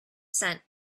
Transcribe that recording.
scent